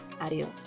adios